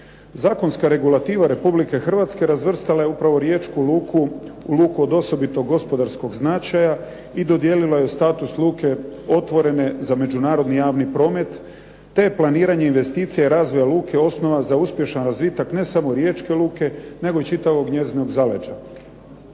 Zakonska regulativa Republike Hrvatske razvrstala je upravo Riječku luku u luku od osobito gospodarskog značaja i dodijelila joj status luke otvorene za međunarodni javni promet te planiranje investicija razvoja luke osnova za uspješan razvitak ne samo Riječke luke nego čitavog njezinog zaleđa.